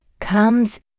comes